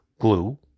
glue